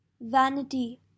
vanity